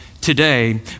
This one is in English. today